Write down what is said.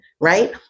right